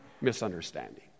misunderstanding